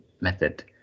method